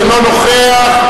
אינו נוכח.